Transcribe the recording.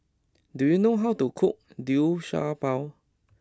do you know how to cook Liu Sha Bao